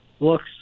looks